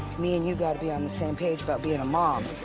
me and you've got to be on the same page about being a mom.